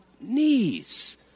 knees